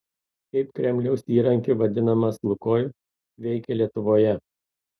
kaip kremliaus įrankiu vadinamas lukoil veikė lietuvoje